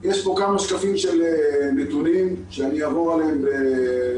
יש פה כמה שקפים של נתונים שאעבור עליהם בקצרה.